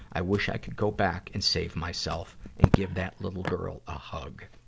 i wish i could go back and save myself and give that little girl a hug.